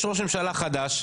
יש ראש ממשלה חדש,